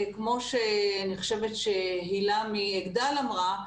כמו שאני חושבת שהילה מ"אגדל" אמרה,